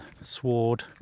sward